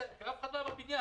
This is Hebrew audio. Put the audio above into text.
כשאף אחד לא היה בבניין.